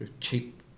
cheap